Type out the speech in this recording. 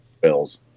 Bills